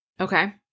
Okay